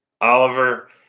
Oliver